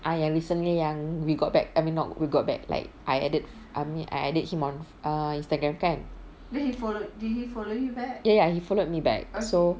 I recently yang we got back I mean not we got back like I added I mean added him on err instagram kan ya ya he followed me back so